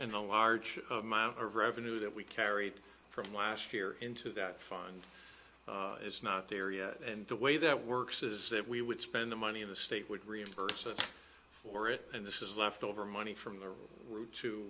and a large amount of revenue that we carried from last year into that fund is not there yet and the way that works is that we would spend the money in the state would reimburse us for it and this is left over money from the route to